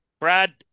Brad